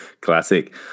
classic